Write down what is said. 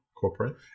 Corporate